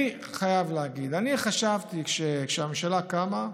אני חייב להגיד: אני חשבתי, כשהממשלה קמה,